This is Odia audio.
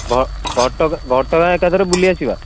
ଘଟଗାଁ ଘଟଗାଁ ଏକାଥରେ ବୁଲିଆସିବା